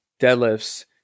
deadlifts